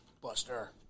Buster